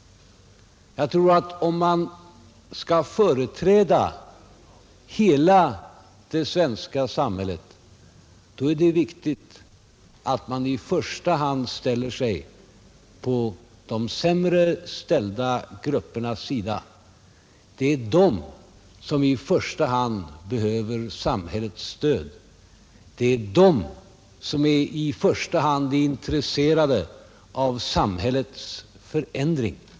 Om man skall företräda hela det svenska samhället tror jag det är viktigt att man i första hand ställer sig på de sämre lottade gruppernas sida, Det är de som i första hand behöver samhällets stöd; det är de som i första hand är intresserade av samhällets förändring.